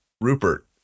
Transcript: Rupert